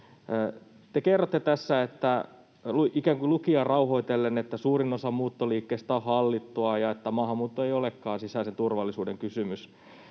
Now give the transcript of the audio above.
Te kerrotte tässä, ikään kuin lukijaa rauhoitellen, että suurin osa muuttoliikkeestä on hallittua ja että maahanmuutto ei olekaan sisäisen turvallisuuden kysymys.